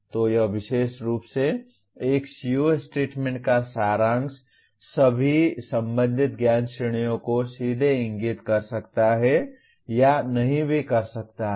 तो यह विशेष रूप से एक CO स्टेटमेंट का सारांश सभी संबंधित ज्ञान श्रेणियों को सीधे इंगित कर सकता है या नहीं भी कर सकता है